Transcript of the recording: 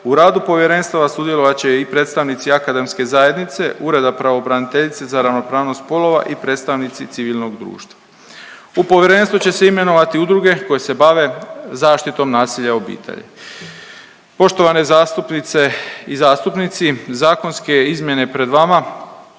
u radu povjerenstva sudjelovat će i predstavnici akademske zajednice, Ureda pravobraniteljice za ravnopravnost spolova i predstavnici civilnog društva. U povjerenstvo će se imenovati udruge koje se bave zaštitom nasilja u obitelji. Poštovane zastupnice i zastupnici zakonske izmjene pred vama